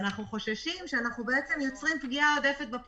נאמר לנו שהוא יכול להציג את זה עכשיו.